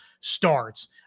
starts